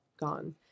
gone